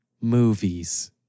movies